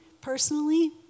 personally